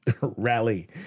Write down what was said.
rally